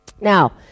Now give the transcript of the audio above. Now